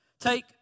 Take